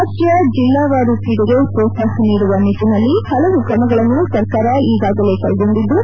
ರಾಜ್ಯ ಜಿಲ್ಲಾವಾರು ಕ್ರೀಡೆಗೆ ಪೋತ್ಸಾಹ ನೀಡುವ ನಿಟ್ಟನಲ್ಲಿ ಹಲವು ಕ್ರಮಗಳನ್ನು ಸರ್ಕಾರ ಈಗಾಗಲೇ ಕೈಗೊಂಡಿದ್ದು